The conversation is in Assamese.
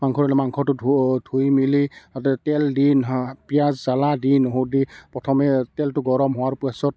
মাংস ৰান্ধিলে মাংসটো ধু ধুই মেলি তাতে তেল দি পিঁয়াজ জ্বালা দি নহৰু দি প্ৰথমে তেলটো গৰম হোৱাৰ পিছত